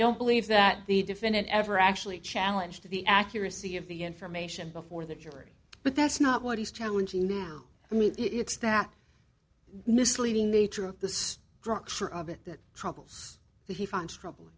don't believe that the defendant ever actually challenge to the accuracy of the information before the jury but that's not what he's challenging i mean it's not misleading the nature of the structure of it the troubles that he finds troubl